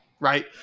Right